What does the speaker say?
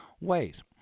ways